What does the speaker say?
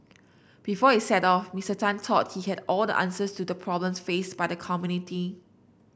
before he set off Mister Tan thought he had all the answers to the problems faced by the community